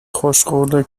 خوشقوله